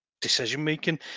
decision-making